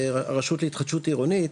רשות להתחדשות עירונית,